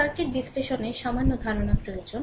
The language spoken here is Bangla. সার্কিট বিশ্লেষণের সামান্য ধারণা প্রয়োজন